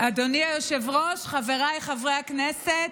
אדוני היושב-ראש, חבריי חברי הכנסת.